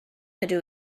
ydw